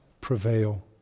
prevail